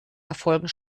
erfolgen